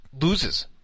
loses